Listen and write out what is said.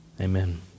amen